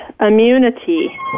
immunity